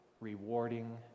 rewarding